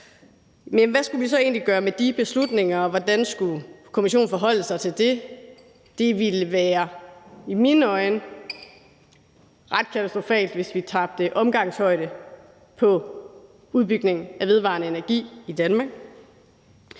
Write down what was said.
net, hvad skulle vi så egentlig gøre med de beslutninger, og hvordan skulle kommissionen forholde sig til dem? Det ville i mine øjne være ret katastrofalt, hvis vi tabte omgangshøjde på udvikling af vedvarende energi i Danmark.